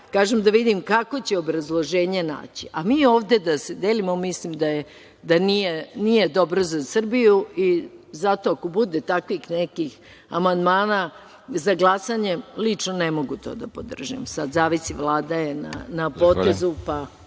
Kažem, da vidim kakvo će obrazloženje naći. Mi ovde da se delimo, mislim da nije dobro za Srbiju. Zato ako bude takvih nekih amandmana za glasanje, lično ne mogu to da podržim. Sad, zavisi, Vlada je na potezu, pa